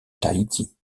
tahiti